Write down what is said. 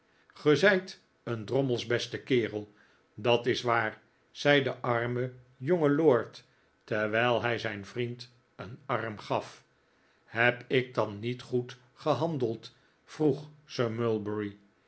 zijt een drommels beste kerel dat is waar zei de arme jonge lord terwijl hij zijn vriend een arm gaf heb ik dan niet goed gehandeld vroeg sir